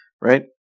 Right